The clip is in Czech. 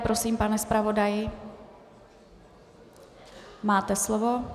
Prosím, pane zpravodaji, máte slovo.